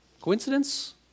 Coincidence